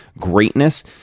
greatness